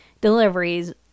deliveries